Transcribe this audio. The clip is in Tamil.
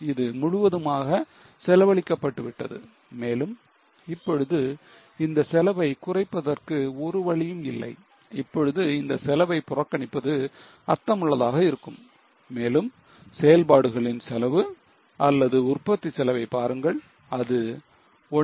இது முழுவதுமாக செலவழிக்கப் பட்டுவிட்டது மேலும் இப்பொழுது இந்த செலவை குறைப்பதற்கு ஒரு வழியும் இல்லை இப்பொழுது இந்த செலவை புறக்கணிப்பது அர்த்தமுள்ளதாக இருக்கும் மேலும் செயல்பாடுகளின் செலவு அல்லது உற்பத்தி செலவைப் பாருங்கள் அது 1